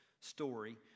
story